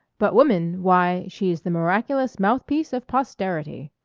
but woman, why, she is the miraculous mouthpiece of posterity.